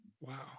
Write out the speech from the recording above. Wow